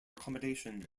accommodation